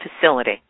facility